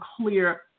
clear